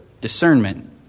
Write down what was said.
Discernment